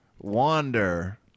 wander